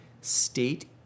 state